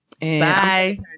Bye